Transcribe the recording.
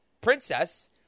princess